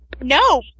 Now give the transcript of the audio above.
No